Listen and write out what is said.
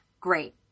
great